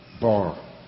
bar